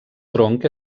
tronc